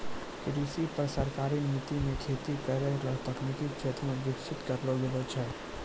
कृषि पर सरकारी नीति मे खेती करै रो तकनिकी क्षेत्र मे विकास करलो गेलो छै